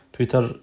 Twitter